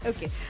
Okay